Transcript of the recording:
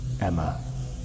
Emma